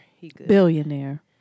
Billionaire